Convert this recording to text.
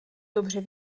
dobře